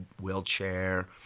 wheelchair